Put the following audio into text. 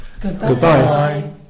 goodbye